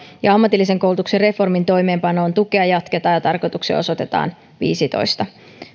ja ammatillisen koulutuksen reformin toimeenpanon tukea jatketaan ja tarkoitukseen osoitetaan viisitoista